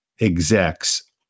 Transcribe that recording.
execs